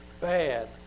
bad